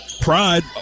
Pride